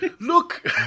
Look